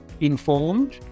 informed